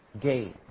gay